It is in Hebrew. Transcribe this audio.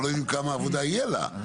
אנחנו לא יודעים להגיד כמה עבודה יהיה לה.